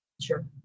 Sure